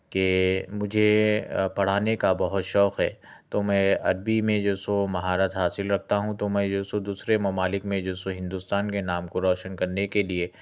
کہ مجھے پڑھانے کا بہت شوق ہے تو میں عربی میں جو سو مہارت حاصل رکھتا ہوں تو میں جو سو دوسرے ممالک میں جو سو ہندوستان کے نام کو روشن کرنے کے لئے